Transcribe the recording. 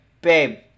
babe